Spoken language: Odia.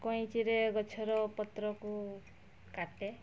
କଇଁଚିରେ ଗଛର ପତ୍ରକୁ କାଟେ